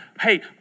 hey